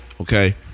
Okay